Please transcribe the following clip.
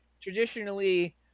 traditionally